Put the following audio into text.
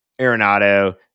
Arenado